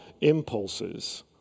impulses